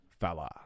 fella